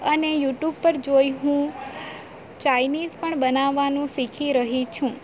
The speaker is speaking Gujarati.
અને યૂટ્યૂબ પર જોઈ હું ચાઈનીઝ પણ બનાવવાનું શીખી રહી છું